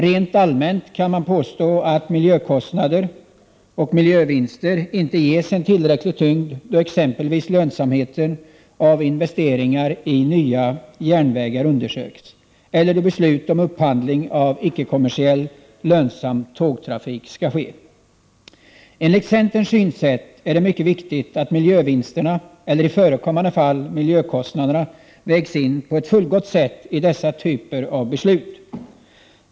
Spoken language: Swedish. Rent allmänt kan man påstå att miljökostnader och miljövinster inte ges en tillräcklig tyngd då exempelvis lönsamheten av investeringar i nya järnvägar undersöks. Eller då beslut om upphandling av icke-kommersiell lönsam tågtrafik skall ske. Enligt centerns synsätt är det mycket viktigt att miljövinsterna, eller i förekommande fall miljökostnaderna, vägs in på ett fullgott sätt i dessa typer av beslut.